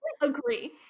agree